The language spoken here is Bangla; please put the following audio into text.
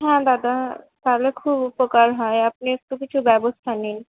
হ্যাঁ দাদা তাহলে খুব উপকার হয় আপনি একটু কিছু ব্যবস্থা নিন